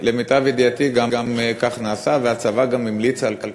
למיטב ידיעתי, גם כך נעשה, והצבא גם המליץ על כך,